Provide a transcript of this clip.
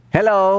Hello